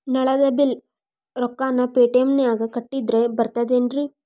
ನಳದ್ ಬಿಲ್ ರೊಕ್ಕನಾ ಪೇಟಿಎಂ ನಾಗ ಕಟ್ಟದ್ರೆ ಬರ್ತಾದೇನ್ರಿ?